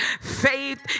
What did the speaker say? faith